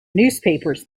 newspapers